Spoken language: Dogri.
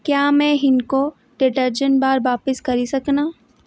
क्या मैं हिन्को डिटर्जेंट बार बापस करी सकनां